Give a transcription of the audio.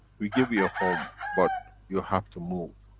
we give you a home, but you have to move.